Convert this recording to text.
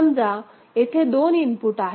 समजा येथे दोन इनपुट आहेत